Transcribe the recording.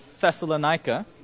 Thessalonica